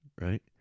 right